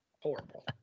Horrible